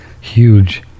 huge